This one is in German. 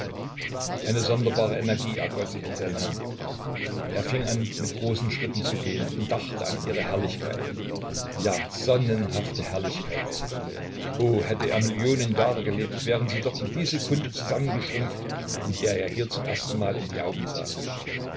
eine sonderbare energie ergoß sich in sein hirn er fing an mit großen schritten zu gehen und dachte an ihre herrlichkeit ja sonnenhafte herrlichkeit oh hätte er millionen jahre gelebt wären sie doch in die sekunde zusammengeschrumpft in der er ihr zum ersten mal in die augen sah